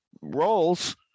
roles